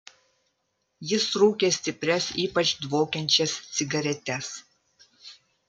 jis rūkė stiprias ypač dvokiančias cigaretes